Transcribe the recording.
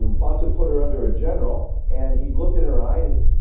about to put her under a general, and he had looked in her eye and